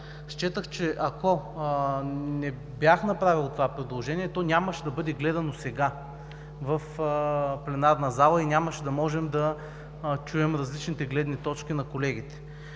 Счетох, че ако не бях направил това предложение, то нямаше да бъде гледано сега в пленарната зала и нямаше да можем да чуем различните гледни точки на колегите.